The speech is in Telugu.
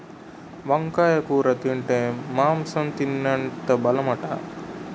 వంకాయ కూర తింటే మాంసం తినేటంత బలమట